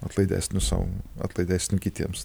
atlaidesniu sau atlaidesniu kitiems